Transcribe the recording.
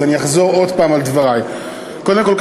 אז אני אחזור עוד פעם על דברי: קודם כול,